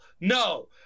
No